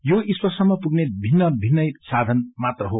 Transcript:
यो ईश्वरसम्म पुग्ने भिन्ना भिन्नै साधन मात्र हो